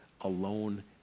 alone